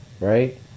right